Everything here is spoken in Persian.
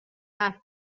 حرف